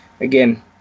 again